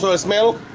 so smell